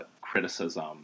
criticism